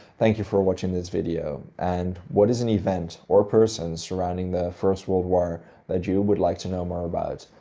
thank you for watching this video and what is an event of person surrounding the first world war that you would like to know more about,